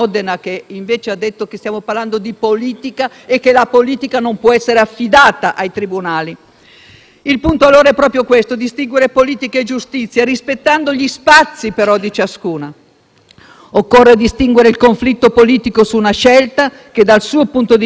Il punto, allora, è proprio questo: distinguere politica e giustizia, rispettando, però, gli spazi di ciascuna. Occorre distinguere il conflitto politico su una scelta, che, dal suo punto di vista, Salvini continua a difendere e che noi continuiamo a contrastare, dal giudizio penale su di essa.